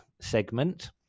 segment